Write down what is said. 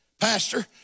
Pastor